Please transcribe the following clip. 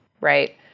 right